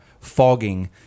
fogging